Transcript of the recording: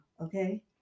Okay